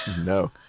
No